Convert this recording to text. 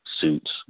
suits